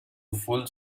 full